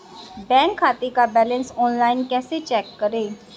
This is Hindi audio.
बैंक खाते का बैलेंस ऑनलाइन कैसे चेक करें?